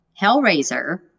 Hellraiser